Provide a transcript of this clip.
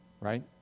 right